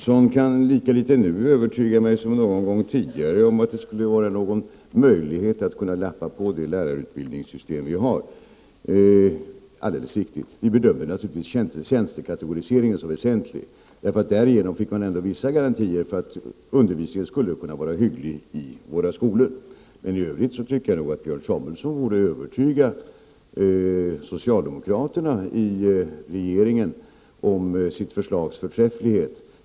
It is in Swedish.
Herr talman! Björn Samuelson kan lika litet nu som någon gång tidigare övertyga mig om att det skulle vara möjligt att lappa på det lärarutbildningssystem som vi har. Det är alldeles riktigt; vi bedömer naturligtvis tjänstekategoriseringen som väsentlig. Därigenom får man ändå vissa garantier för att undervisningen skulle kunna vara hygglig i våra skolor. Men i övrigt anser jag nog att Björn Samuelson borde övertyga socialdemokraterna i regeringen om sitt förslags förträfflighet.